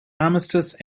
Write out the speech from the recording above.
armistice